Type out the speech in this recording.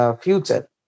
future